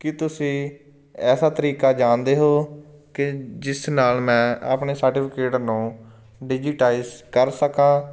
ਕੀ ਤੁਸੀਂ ਐਸਾ ਤਰੀਕਾ ਜਾਣਦੇ ਹੋ ਕਿ ਜਿਸ ਨਾਲ ਮੈਂ ਆਪਣੇ ਸਰਟੀਫਿਕੇਟ ਨੂੰ ਡਿਜੀਟਾਈਜ ਕਰ ਸਕਾਂ